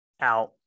Out